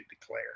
declare